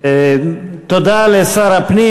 תודה לשר הפנים.